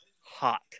hot